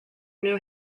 new